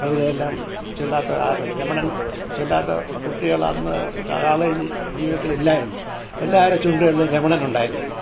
കവിതയെല്ലാം ചൊല്ലാത്ത ആരുമില്ല രമണൻ ചൊല്ലാത്ത കുട്ടികൾ അന്ന് കാളേജ് ജീവിതത്തിൽ ഇല്ലായിരുന്നു എല്ലാവരുടെയും ചുണ്ടുകളിൽ രമണൻ ഉണ്ടായിരിക്കും